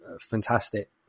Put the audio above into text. fantastic